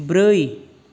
ब्रै